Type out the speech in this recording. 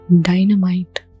Dynamite